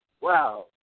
wow